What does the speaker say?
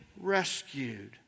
rescued